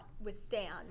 withstand